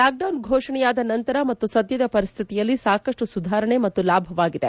lockdown ಫೋಷಣೆಯಾದ ನಂತರ ಮತ್ತು ಸದ್ಯದ ಪರಿಸ್ತಿತಿಯಲ್ಲಿ ಸಾಕಷ್ಟು ಸುಧಾರಣೆ ಮತ್ತು ಲಾಭವಾಗಿದೆ